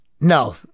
No